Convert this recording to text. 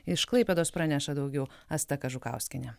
iš klaipėdos praneša daugiau asta kažukauskienė